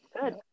Good